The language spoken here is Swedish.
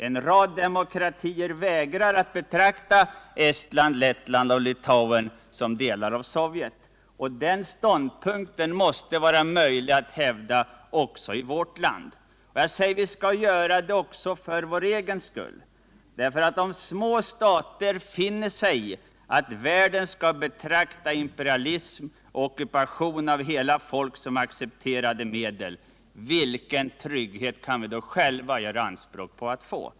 En rad demokratier vägrar att betrakta Estland, Lettland och Litauen som delar av Sovjet. Den ståndpunkten måste vara möjlig att hävda också i Sverige. Vi måste inta denna ståndpunkt också för vår egen skull. Om små stater finner sig i att världen betraktar imperialism och ockupation av hela folk som accepterade medel, vilken trygghet kan vi då själva göra anspråk på att få?